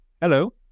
hello